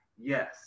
yes